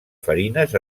farines